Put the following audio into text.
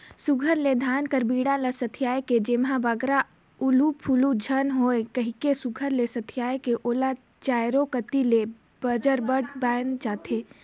सुग्घर ले धान कर बीड़ा ल सथियाए के जेम्हे बगरा उलु फुलु झिन होए कहिके सुघर ले सथियाए के ओला चाएरो कती ले बजरबट बाधल जाथे